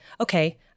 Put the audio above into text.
okay